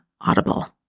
Audible